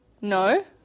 No